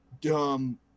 dumb